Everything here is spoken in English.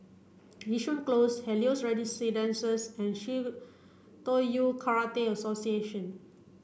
Yishun Close Helios Residences and Shitoryu Karate Association